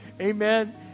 Amen